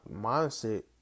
mindset